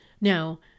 Now